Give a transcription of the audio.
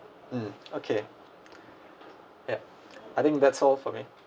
mm okay yup I think that's all for me